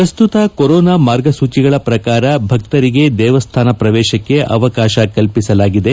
ಪ್ರಸ್ತುತ ಕೊರೊನಾ ಮಾರ್ಗಸೂಚಿಗಳ ಪ್ರಕಾರ ಭಕ್ತರಿಗೆ ದೇವಸ್ಥಾನ ಪ್ರವೇಶಕ್ಕೆ ಅವಕಾಶ ಕಲ್ಪಿಸಲಾಗಿದೆ